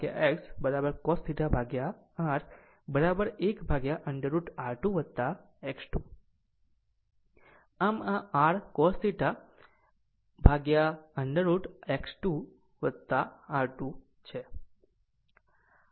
આમ sin θX cos θR 1√ over R2 X2 આમ આ r cos θ R√ over X2 X2 છે